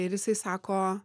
ir jisai sako